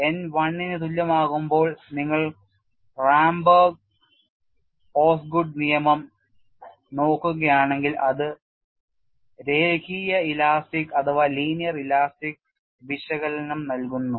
n 1 ന് തുല്യമാകുമ്പോൾ നിങ്ങൾ റാംബെർഗ് ഓസ്ഗുഡ് നിയമം നോക്കുകയാണെങ്കിൽ അത് രേഖീയ ഇലാസ്റ്റിക് വിശകലനം നൽകുന്നു